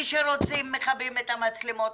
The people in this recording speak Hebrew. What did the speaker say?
כשרוצים מכבים את המצלמות,